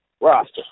roster